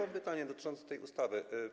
Mam pytanie dotyczące tej ustawy.